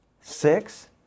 Six